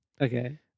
Okay